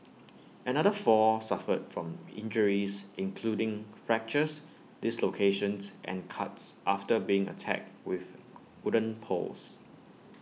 another four suffered from injuries including fractures dislocations and cuts after being attacked with wooden poles